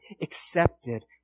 accepted